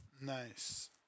Nice